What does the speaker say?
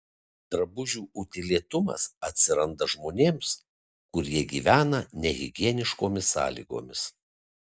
drabužių utėlėtumas atsiranda žmonėms kurie gyvena nehigieniškomis sąlygomis